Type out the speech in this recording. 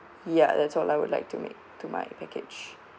ya that's all I would like to make to my package